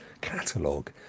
catalog